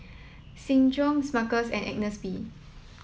Seng Choon Smuckers and Agnes B